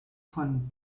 von